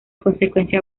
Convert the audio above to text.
consecuencia